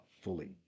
fully